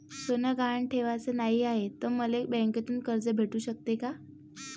सोनं गहान ठेवाच नाही हाय, त मले बँकेतून कर्ज भेटू शकते का?